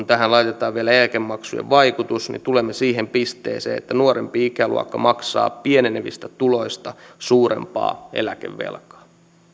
tähän laitetaan vielä eläkemaksujen vaikutus tulemme siihen pisteeseen että nuorempi ikäluokka maksaa pienenevistä tuloista suurempaa eläkevelkaa